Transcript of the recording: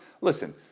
listen